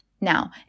Now